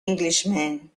englishman